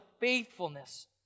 faithfulness